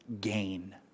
gain